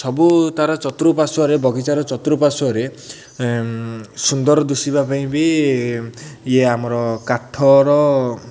ସବୁ ତା'ର ଚତୁପାର୍ଶ୍ୱରେ ବଗିଚାର ଚତୁପାର୍ଶ୍ଵରେ ସୁନ୍ଦର ଦିଶିବା ପାଇଁ ବି ଇଏ ଆମର କାଠର